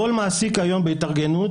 כול מעסיק היום בהתארגנות